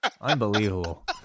Unbelievable